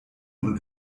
und